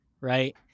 right